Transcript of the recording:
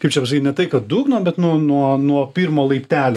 kaip čia pasakyt ne tai kad dugno bet nuo nuo pirmo laiptelio